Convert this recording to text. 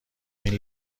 این